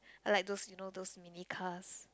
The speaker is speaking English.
I like those you know those mini cars